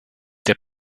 der